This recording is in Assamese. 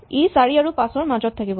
ই ৪ আৰু ৫ ৰ মাজত থাকিব